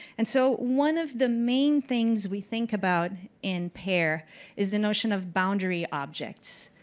and so one of the main things we think about in pair is the notion of boundary objects.